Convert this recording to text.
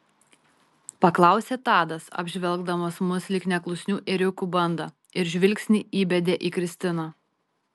paklausė tadas apžvelgdamas mus lyg neklusnių ėriukų bandą ir žvilgsnį įbedė į kristiną